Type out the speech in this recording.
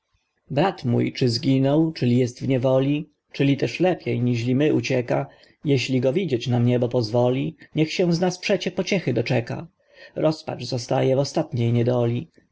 mój czy zginął czyli jest w niewoli czyli też lepiej niźli my ucieka jeśli go widzieć nam niebo pozwoli niech się z nas przecież pociechy doczeka rozpacz zostaje w ostatniej